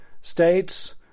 states